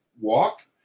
walk